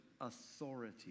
authority